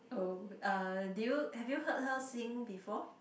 oh uh did you have you heard her sing before